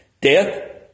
death